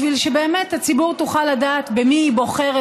בשביל שבאמת הציבור תוכל לדעת במי היא בוחרת